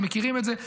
אתם מכירים את זה,